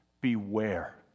beware